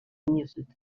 mused